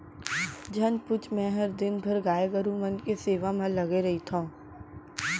झन पूछ मैंहर दिन भर गाय गरू मन के सेवा म लगे रइथँव